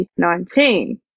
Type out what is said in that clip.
2019